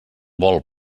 vol